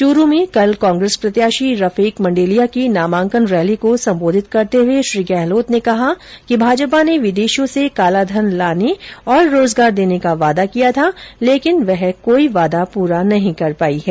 चूरू में कल कांग्रेस प्रत्याशी रफीक मंडेलिया की नामांकन रैली को संबोधित करते हुए श्री गहलोत ने कहा कि भाजपा ने विदेशों से कालाधन लाने और रोजगार देने का वादा किया था लेकिन वह कोई वादा पूरा नहीं कर पाई है